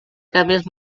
canvis